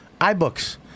iBooks